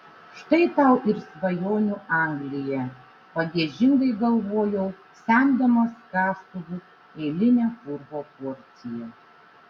štai tau ir svajonių anglija pagiežingai galvojau semdamas kastuvu eilinę purvo porciją